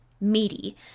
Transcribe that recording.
meaty